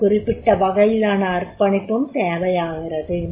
ஒரு குறிப்பிட்ட வகையான அர்ப்பணிப்பும் தேவையாகிறது